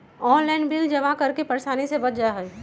Online bill जमा करे से परेशानी से बच जाहई?